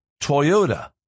Toyota